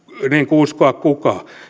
uskoa kukaan